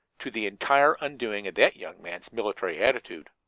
to the entire undoing of that young man's military attitude.